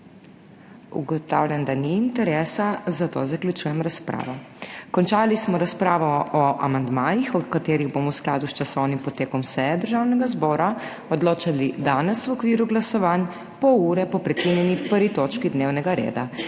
Ugotavljam, da ni interesa, zato zaključujem razpravo. Končali smo razpravo o amandmajih, o katerih bomo v skladu s časovnim potekom seje Državnega zbora odločali danes v okviru glasovanj, pol ure po prekinjeni 1. točki dnevnega reda.